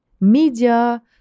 Media